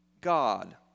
God